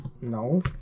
No